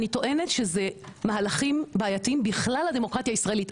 אני טוענת שזה מהלכים בעייתיים בכלל הדמוקרטיה הישראלית,